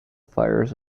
fires